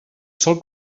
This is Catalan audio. sol